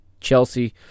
Chelsea